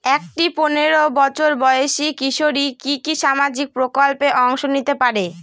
একটি পোনেরো বছর বয়সি কিশোরী কি কি সামাজিক প্রকল্পে অংশ নিতে পারে?